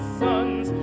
sons